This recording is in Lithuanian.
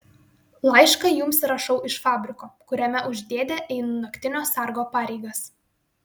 laišką jums rašau iš fabriko kuriame už dėdę einu naktinio sargo pareigas